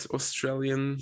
Australian